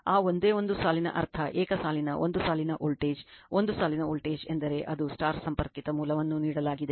ಆ ಒಂದೇ ಒಂದು ಸಾಲಿನ ಅರ್ಥ ಏಕ ಸಾಲಿನ ಒಂದು ಸಾಲಿನ ವೋಲ್ಟೇಜ್ ಒಂದು ಸಾಲಿನ ವೋಲ್ಟೇಜ್ ಎಂದರೆ ಒಂದು ಸಂಪರ್ಕಿತ ಮೂಲವನ್ನು ನೀಡಲಾಗಿದೆ